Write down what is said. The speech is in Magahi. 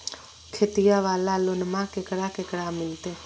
खेतिया वाला लोनमा केकरा केकरा मिलते?